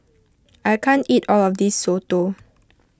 I can't eat all of this Soto